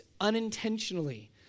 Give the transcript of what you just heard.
unintentionally